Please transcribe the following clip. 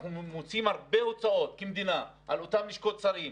אנחנו מוציאים הרבה הוצאות כמדינה על אותן לשכות שרים,